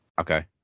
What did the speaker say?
Okay